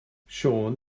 siôn